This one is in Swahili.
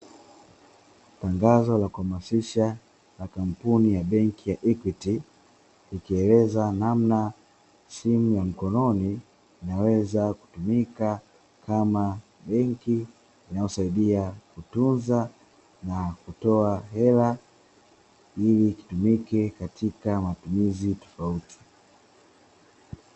Tangazo la kuhamasisha la kampuni ya benki ya Equity, ikieleza namna simu ya mkononi inaweza kutumika kama benki inayosaidia kutunza na kutoa hela ili kutumika katika matumizi tofauti.